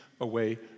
away